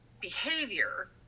behavior